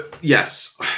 Yes